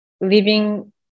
living